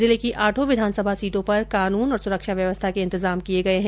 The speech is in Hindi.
जिले की आठों विधानसभा सीटों पर कानून और सुरक्षा व्यवस्था के इंतजाम किये गये हैं